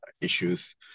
issues